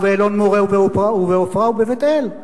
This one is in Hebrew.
באלון-מורה ובעופרה ובבית-אל.